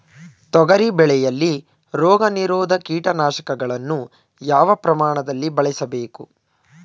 ತೊಗರಿ ಬೆಳೆಯಲ್ಲಿ ರೋಗನಿರೋಧ ಕೀಟನಾಶಕಗಳನ್ನು ಯಾವ ಪ್ರಮಾಣದಲ್ಲಿ ಬಳಸಬೇಕು?